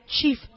chief